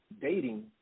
dating